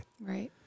Right